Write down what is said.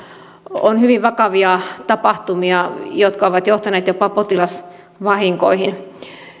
on hyvin vakavia tapahtumia jotka ovat johtaneet jopa potilasvahinkoihin